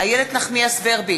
איילת נחמיאס ורבין,